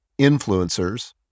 influencers